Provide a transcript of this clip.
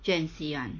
G_N_C [one]